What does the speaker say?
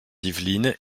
yvelines